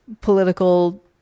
political